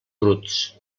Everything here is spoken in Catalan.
bruts